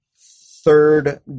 third